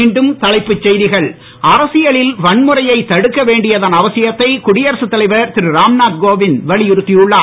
மீண்டும்தலைப்புச் செய்திகள் அரசியலில் வன்முறையை தடுக்க வேண்டியதன் அவசியத்தை குடியரசு தலைவர் திரு ராம்நாத் கோவிந்த் வலியுறுத்தி உள்ளார்